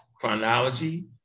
chronology